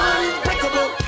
Unbreakable